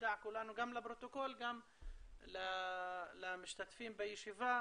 גם לפרוטוקול וגם למשתתפים בישיבה,